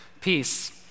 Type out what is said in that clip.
peace